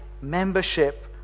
membership